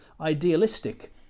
idealistic